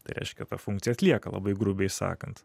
tai reiškia tą funkciją atlieka labai grubiai sakant